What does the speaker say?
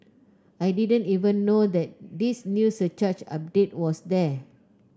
I didn't even know that this new surcharge update was there